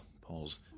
Paul's